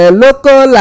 local